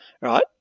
Right